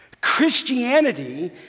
Christianity